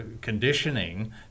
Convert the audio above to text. conditioning